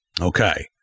Okay